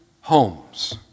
homes